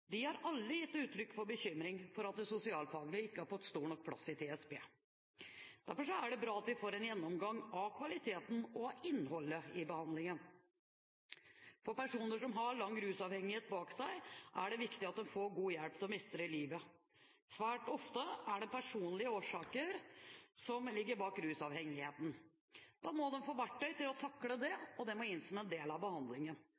De har alle gitt uttrykk for bekymring for at det sosialfaglige ikke har fått stor nok plass i TSB. Derfor er det bra at vi får en gjennomgang av kvaliteten og innholdet i behandlingen. For personer som har lang rusavhengighet bak seg, er det viktig at de får god hjelp til å mestre livet. Svært ofte er det personlige årsaker som ligger bak rusavhengigheten. Da må de få verktøy til å takle det, og det må inn som en del av behandlingen.